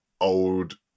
old